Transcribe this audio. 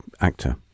actor